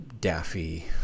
daffy